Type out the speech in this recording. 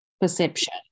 perception